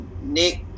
Nick